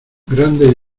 grandes